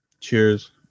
Cheers